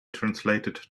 translated